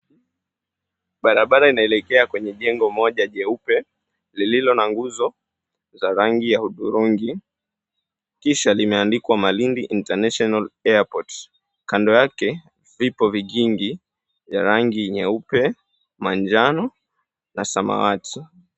Barabara inaelekea kwenye jengo moja jeupe, lililo na nguzo za rangi ya hudhurungi kisha limeandikwa, Malindi International Airport. Kando yake vipo vigingi ya rangi nyeupe, manjano na samawati.